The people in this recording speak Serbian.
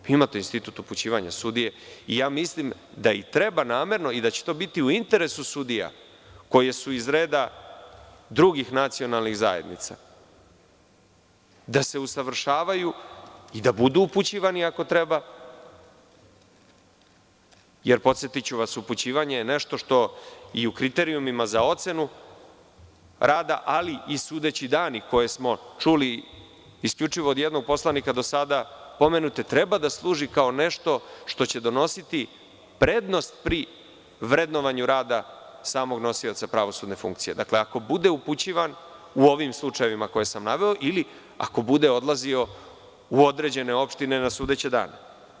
Imate institut upućivanja sudije i ja mislim da i treba namerno, da će to biti u interesu sudija, koje su iz reda drugih nacionalnih zajednica, da se usavršavaju i da budu upućivani ako treba, jer podsetiću vas, upućivanje je nešto što i u kriterijumima za ocenu rada, ali i sudeći dani koje smo čuli isključivo od jednog poslanika do sada, pomenute treba da služi kao nešto što će donositi prednost pri vrednovanju rada samog nosioca pravosudne funkcije, dakle, ako bude upućivan u ovim slučajevima koje sam naveo, ili ako bude odlazio u određene opštine na sudeće dane.